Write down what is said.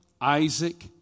Isaac